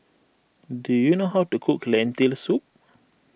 do you know how to cook Lentil Soup